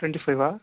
twenty ఫైవా